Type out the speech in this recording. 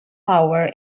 power